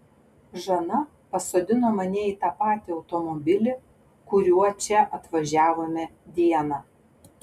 žana pasodino mane į tą patį automobilį kuriuo čia atvažiavome dieną